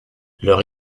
leur